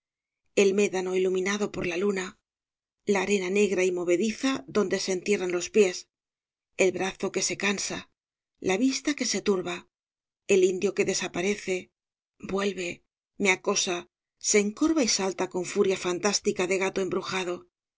el médano iluminado por la luna la arena negra y movediza donde se entierran los pies el brazo que se cansa la vista que se turba el indio que desaparece vuelve me acosa se encorva y salta con furia fantástica de gato embrujado